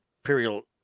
imperial